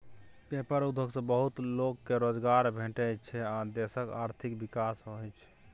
paper उद्योग सँ बहुत लोक केँ रोजगार भेटै छै आ देशक आर्थिक विकास होइ छै